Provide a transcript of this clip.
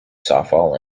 software